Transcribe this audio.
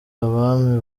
abami